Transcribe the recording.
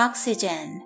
Oxygen